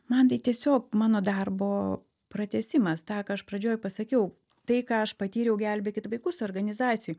man tai tiesiog mano darbo pratęsimas tą ką aš pradžioj pasakiau tai ką aš patyriau gelbėkit vaikus organizacijoj